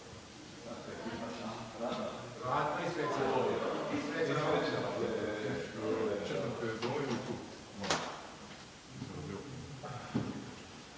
Hvala